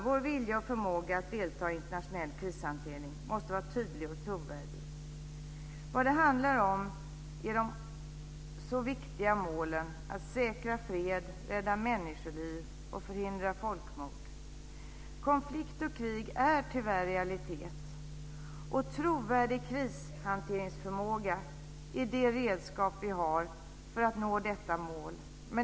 Vår vilja och förmåga att delta i internationell krishantering måste vara tydlig och trovärdig. Det handlar om de så viktiga målen att säkra fred, rädda människoliv och förhindra folkmord. Konflikt och krig är tyvärr realitet. Trovärdig krishanteringsförmåga är det redskap vi har för att nå dessa mål.